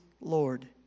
Lord